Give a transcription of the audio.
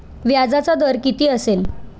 व्याजाचा दर किती असेल?